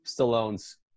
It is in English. stallone's